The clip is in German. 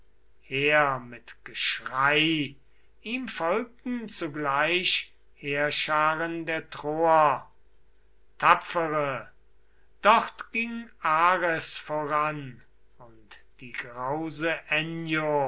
her mit geschrei ihm folgten zugleich heerscharen der troer tapfere dort ging ares voran und die grause